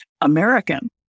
American